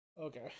Okay